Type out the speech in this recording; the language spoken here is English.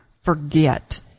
forget